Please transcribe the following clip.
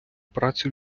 працю